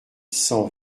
cent